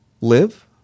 live